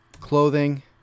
clothing